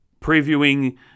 previewing